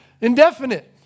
indefinite